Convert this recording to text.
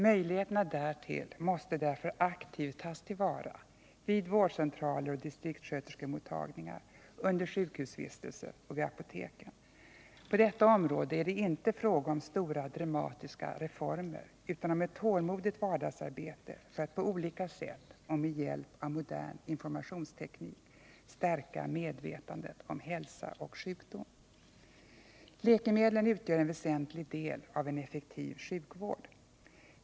Möjligheterna därtill måste därför aktivt tas till vara — vid vårdcentraler och distriktssköterskemottagningar, under sjukhusvistelse och vid apoteken. På detta område är det inte fråga om stora dramatiska reformer utan om ett tålmodigt vardagsarbete för att på olika sätt och med hjälp av modern informationsteknik stärka medvetandet om hälsa och sjukdom. Läkemedlen utgör en väsentlig del av en effektiv sjukvård.